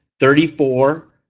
thirty four,